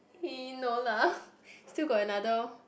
!ee! no lah still got another